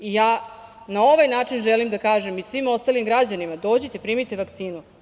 Ja na ovaj način želim da kažem i svim ostalim građanima – dođite, primite vakcinu.